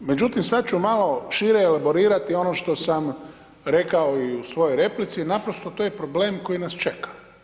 Međutim, sad ću malo šire elaborirati ono što sam rekao i u svojoj replici, naprosto to je problem koji nas čeka.